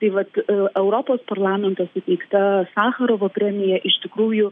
tai vat europos parlamentas įteikta sacharovo premija iš tikrųjų